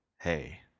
Hey